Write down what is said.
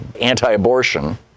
anti-abortion